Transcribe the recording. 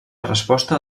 resposta